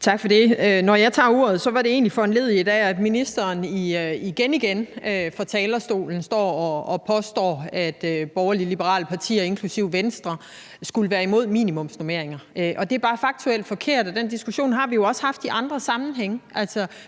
Tak for det. Når jeg tager ordet, er det egentlig foranlediget af, at ministeren igen igen står på talerstolen og påstår, at borgerlig-liberale partier, inklusive Venstre, skulle være imod minimumsnormeringer. Det er bare faktuelt forkert, og den diskussion har vi også haft i andre sammenhænge.